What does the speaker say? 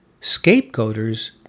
Scapegoaters